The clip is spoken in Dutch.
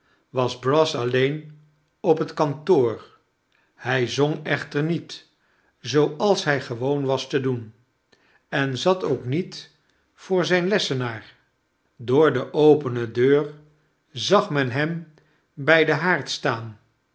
was brass alleen op het kantoor hij zong echter niet zooals hij gewoon was te doen en zat ook niet voor zijn lessenaar door de opene deur zag men hem bij den haard staan